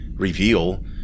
Reveal